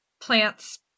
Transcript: plants